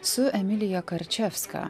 su emilija karčevska